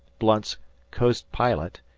blunt's coast pilot,